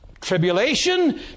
tribulation